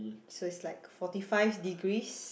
so is like forty five degrees